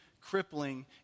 crippling